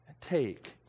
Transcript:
take